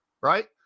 Right